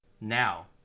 now